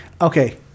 okay